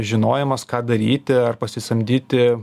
žinojimas ką daryti ar pasisamdyti